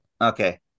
Okay